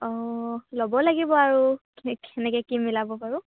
অঁ ল'ব লাগিব আৰু সেনেকৈ কি মিলাব পাৰোঁ